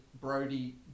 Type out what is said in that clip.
Brody